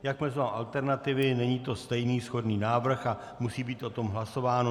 Jakmile jsou alternativy, není to stejný, shodný návrh a musí být o tom hlasováno.